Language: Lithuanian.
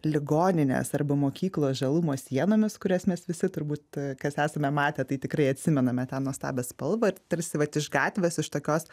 ligoninės arba mokyklos žalumo sienomis kurias mes visi turbūt kas esame matę tai tikrai atsimename tą nuostabią spalvą ir tarsi vat iš gatvės iš tokios